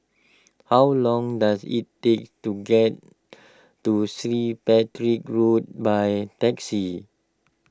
how long does it take to get to Patrick's Road by taxi